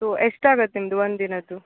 ಅದು ಎಷ್ಟಾಗುತ್ತೆ ನಿಮ್ಮದು ಒಂದು ದಿನದ್ದು